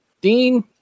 Dean